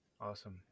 Awesome